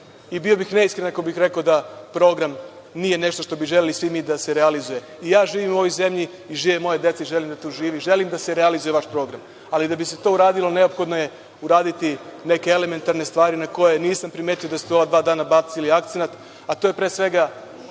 Bio bih neiskren ako bih rekao ako program nije nešto što bi želeli svi mi da se realizuje. I ja živim u ovoj zemlji i žive moja deca i želim da tu žive i želim da se realizuje vaš program. Ali, da bi se to uradilo, neophodno je uraditi neke elementarne stvari na koje nisam primetio da ste u ova dva dana bacili akcenat, a to je pre svega